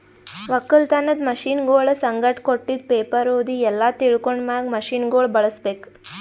ಒಕ್ಕಲತನದ್ ಮಷೀನಗೊಳ್ ಸಂಗಟ್ ಕೊಟ್ಟಿದ್ ಪೇಪರ್ ಓದಿ ಎಲ್ಲಾ ತಿಳ್ಕೊಂಡ ಮ್ಯಾಗ್ ಮಷೀನಗೊಳ್ ಬಳುಸ್ ಬೇಕು